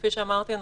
כפי שאמרתי,